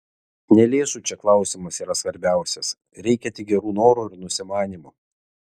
ne lėšų čia klausimas yra svarbiausias reikia tik gerų norų ir nusimanymo